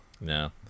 No